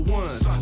one